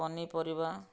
ପନିପରିବା